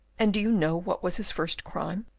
and do you know what was his first crime?